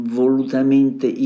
volutamente